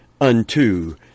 unto